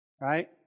Right